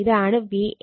ഇതാണ് Van